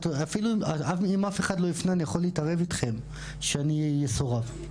אפילו אם אף אחד לא יפנה אני יכול להתערב איתכם שאני אסורב.